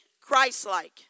Christ-like